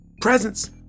Presents